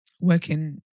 Working